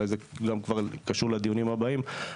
אולי זה כבר קשור לדיונים הבאים.